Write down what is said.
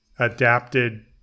adapted